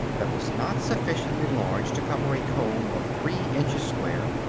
that was not sufficiently large to cover a comb of three inches square,